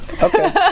Okay